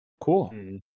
Cool